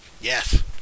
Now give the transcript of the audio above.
Yes